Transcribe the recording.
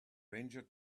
ranger